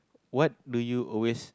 what do you always